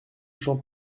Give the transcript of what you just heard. jean